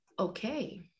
okay